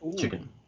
chicken